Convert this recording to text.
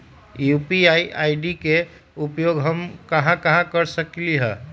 UPI ID के उपयोग हम कहां कहां कर सकली ह?